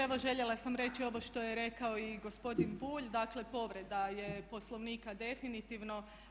Evo željela sam reći ovo što je rekao i gospodin Bulj, dakle povreda je Poslovnika definitivno.